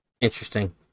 Interesting